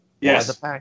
Yes